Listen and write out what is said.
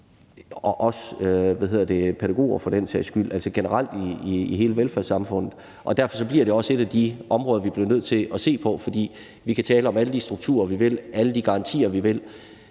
også pædagoger. Det er generelt i hele velfærdssamfundet. Derfor bliver det også et af de områder, vi bliver nødt til at se på. Vi kan tale om alle de strukturer, vi vil, og om alle de garantier, som vi